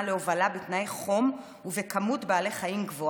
להובלת בעלי חיים בתנאי חום ובכמות גבוהה,